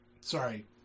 sorry